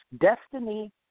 Destiny